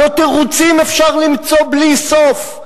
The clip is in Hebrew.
הלוא תירוצים אפשר למצוא בלי סוף.